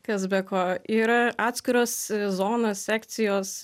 kas be ko yra atskiros zonos sekcijos